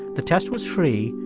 the test was free,